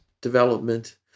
development